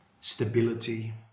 stability